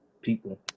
people